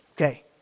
Okay